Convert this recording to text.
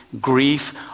grief